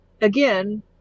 again